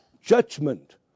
judgment